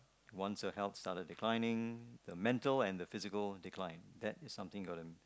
once her health started declining the mental and the physical decline that is something gonna